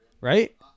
Right